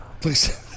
Please